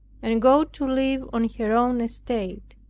and go to live on her own estate.